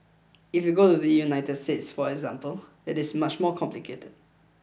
if you go to the United States for example it is much more complicated